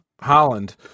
Holland